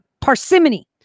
parsimony